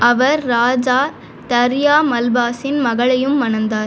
அவர் ராஜா தர்யா மல்பாஸின் மகளையும் மணந்தார்